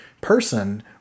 person